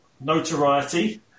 notoriety